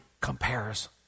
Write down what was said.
compares